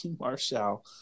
Marshall